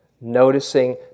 Noticing